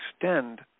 extend